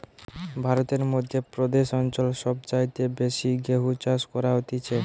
ভারতের মধ্য প্রদেশ অঞ্চল সব চাইতে বেশি গেহু চাষ হতিছে